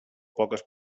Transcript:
poques